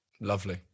Lovely